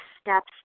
steps